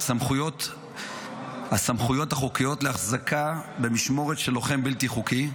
את הסמכויות החוקיות להחזקה במשמורת של לוחם בלתי חוקי,